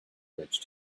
bridge